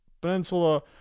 peninsula